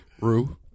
Rue